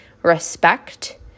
respect